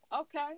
Okay